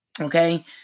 Okay